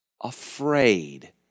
afraid